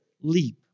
leap